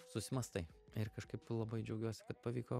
susimąstai ir kažkaip labai džiaugiuosi kad pavyko